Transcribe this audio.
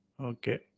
Okay